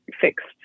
fixed